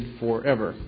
forever